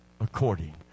according